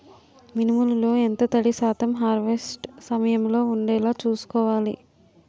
మినుములు లో ఎంత తడి శాతం హార్వెస్ట్ సమయంలో వుండేలా చుస్కోవాలి?